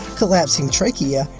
collapsing trachea,